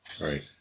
Right